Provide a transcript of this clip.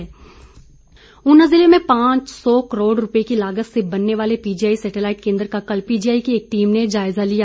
satellite केन्द्र ऊना ज़िले में पांच सौ करोड़ रूपये की लागत से बनने वाले पीजीआई सैटेलाइट केन्द्र का कल पीजीआई की एक टीम ने जायज़ा लिया